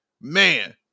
Man